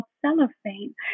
cellophane